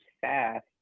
fast